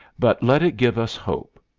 but let it give us hope.